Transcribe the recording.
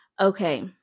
Okay